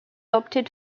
opted